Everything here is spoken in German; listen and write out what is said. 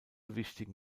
wichtigen